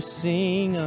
sing